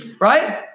Right